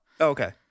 Okay